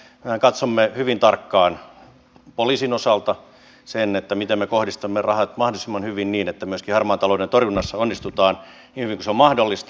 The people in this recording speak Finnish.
ja katsomme hyvin tarkkaan poliisin osalta sen miten me kohdistamme rahat mahdollisimman hyvin niin että myöskin harmaan talouden torjunnassa onnistutaan niin hyvin kuin se on mahdollista